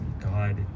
God